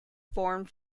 formed